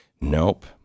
Nope